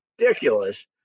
ridiculous